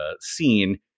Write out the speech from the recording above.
scene